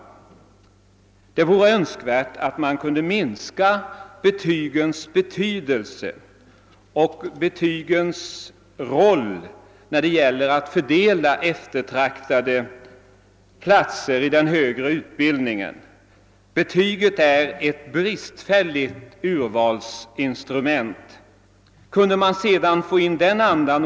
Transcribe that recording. Däremot vore det önskvärt att man kunde minska betygens betydelse och deras roll när det gäller att fördela eftertraktade platser i den högre undervisningen. Betyget är ett bristfälligt urvalsinstrument. Om man vidare kunde få igenom den andan.